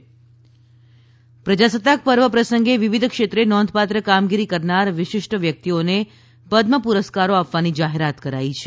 ે પ્રજાસત્તાક પર્વ પ્રસંગે વિવિધ ક્ષેત્રે નોંધપાત્ર કામગીરી કરનાર વિશિષ્ટ વ્યક્તિઓને પદમ પુરસ્કારો આપવાની જાહેરાત કરાઇ છે